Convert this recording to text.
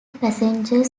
passenger